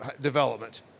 development